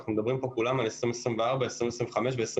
אנחנו מדברים פה על 2024, 2025 ו-2030.